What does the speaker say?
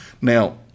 Now